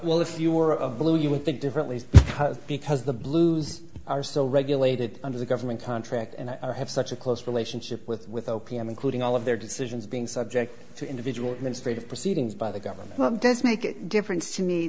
well if you were of blue you would think differently because the blues are still regulated under the government contract and i have such a close relationship with with o p m including all of their decisions being subject to individual ministry of proceedings by the government does make it difference to me